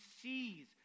sees